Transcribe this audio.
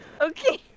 Okay